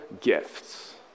gifts